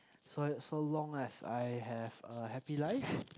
so so long as I have a happy life